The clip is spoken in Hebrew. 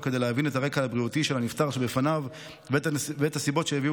כדי להבין את הרקע הבריאותי של הנפטר שבפניו ואת הסיבות שהביאו